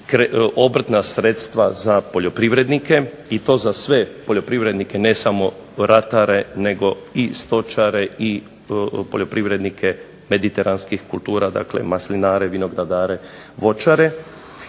obrtna sredstva za poljoprivrednike i to za sve poljoprivrednike, ne samo ratare nego i stočare i poljoprivrednike mediteranski kultura, dakle maslinare, vinogradare, voćare.